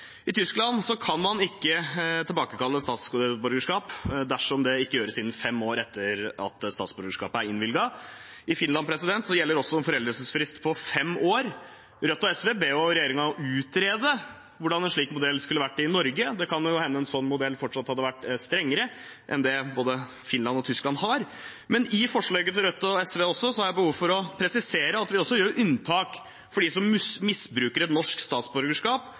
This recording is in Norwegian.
I Tyskland kan man ikke tilbakekalle statsborgerskap dersom det ikke gjøres innen fem år etter at statsborgerskapet er innvilget. I Finland gjelder også en foreldelsesfrist på fem år. Rødt og SV ber regjeringen utrede hvordan en slik modell skulle vært i Norge. Det kan hende en slik modell fortsatt hadde vært strengere enn det både Finland og Tyskland har. Når det gjelder forslaget til Rødt og SV, har jeg behov for å presisere at vi også gjør unntak for dem som misbruker et norsk statsborgerskap